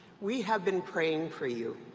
we have been praying for you.